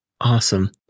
Awesome